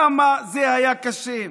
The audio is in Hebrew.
כמה זה היה קשה,